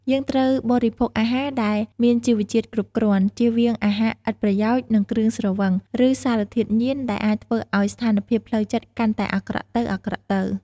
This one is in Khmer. យើងត្រូវបរិភោគអាហារដែលមានជីវជាតិគ្រប់គ្រាន់ ជៀសវាងអាហារឥតប្រយោជន៍ និងគ្រឿងស្រវឹង ឬសារធាតុញៀនដែលអាចធ្វើឱ្យស្ថានភាពផ្លូវចិត្តកាន់តែអាក្រក់ទៅៗ។